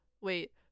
wait